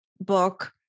book